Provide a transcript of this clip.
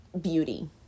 beauty